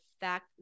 fact